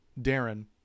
Darren